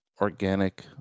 organic